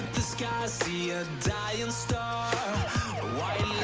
the sky see a dying star white